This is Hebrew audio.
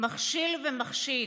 מכשיל ומחשיד.